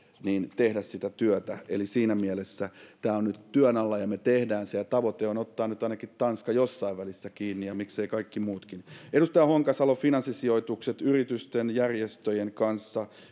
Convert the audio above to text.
pitää tehdä sitä työtä siinä mielessä tämä on nyt työn alla ja me teemme sen ja tavoite on ottaa tanska nyt ainakin jossain välissä kiinni ja miksei kaikki muutkin edustaja honkasalo finanssisijoitukset miten muodostaa yritysten järjestöjen kanssa